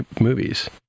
movies